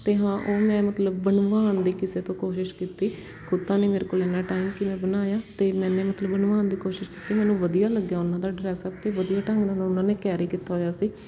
ਅਤੇ ਹਾਂ ਉਹ ਮੈਂ ਮਤਲਬ ਬਣਵਾਉਣ ਦੀ ਕਿਸੇ ਤੋਂ ਕੋਸ਼ਿਸ਼ ਕੀਤੀ ਖੁਦ ਤਾਂ ਨਹੀਂ ਮੇਰੇ ਕੋਲ ਇੰਨਾ ਟਾਈਮ ਕਿ ਮੈਂ ਬਣਾਵਾਂ ਤਾਂ ਮੈਂਨੇ ਮਤਲਬ ਬਣਵਾਉਣ ਦੀ ਕੋਸ਼ਿਸ਼ ਕੀਤੀ ਮੈਨੂੰ ਵਧੀਆ ਲੱਗਿਆ ਉਹਨਾਂ ਦਾ ਡ੍ਰੈਸਅੱਪ ਅਤੇ ਵਧੀਆ ਢੰਗ ਨਾਲ ਉਹਨਾਂ ਨੇ ਕੈਰੀ ਕੀਤਾ ਹੋਇਆ ਸੀ